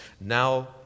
now